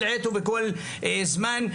בכל עת ובכל זמן.